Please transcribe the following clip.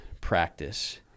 practice